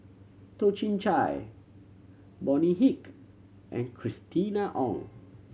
Toh Chin Chye Bonny Hick and Christina Ong